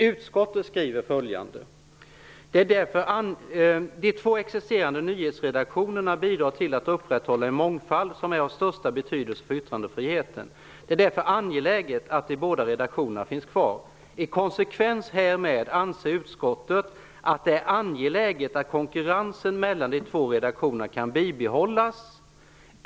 Utskottet skriver följande: "De två existerande nyhetsredaktionerna bidrar till att upprätthålla en mångfald som är av största betydelse för yttrandefriheten. Det är därför angeläget att de båda redaktionerna finns kvar. I konsekvens härmed anser utskottet - att det är angeläget att konkurrensen mellan de två redaktionerna kan bibehållas.